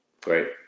Great